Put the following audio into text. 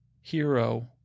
hero